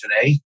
today